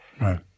Right